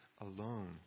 alone